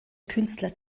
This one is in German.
künstler